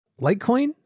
Litecoin